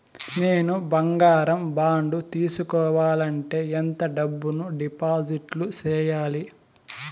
నేను బంగారం బాండు తీసుకోవాలంటే ఎంత డబ్బును డిపాజిట్లు సేయాలి?